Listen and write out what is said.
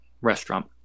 restaurant